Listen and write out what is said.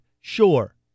Sure